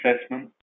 assessment